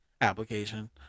application